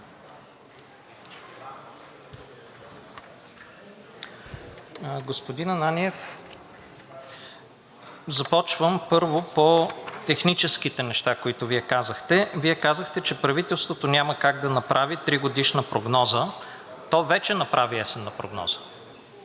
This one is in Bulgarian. Господин Ананиев, започвам, първо, по техническите неща, които Вие казахте. Вие казахте, че правителството няма как да направи тригодишна прогноза. То вече направи есенна прогноза,